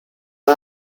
men